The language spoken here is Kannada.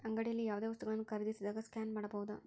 ಅಂಗಡಿಯಲ್ಲಿ ಯಾವುದೇ ವಸ್ತುಗಳನ್ನು ಖರೇದಿಸಿದಾಗ ಸ್ಕ್ಯಾನ್ ಮಾಡಬಹುದಾ?